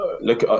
Look